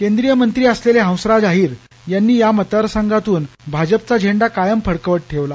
केंद्रीय मंत्री असलेले हंसराज अहिर यांनी या मतदार संघातून भाजपचा झेंडा फडकावत ठेवला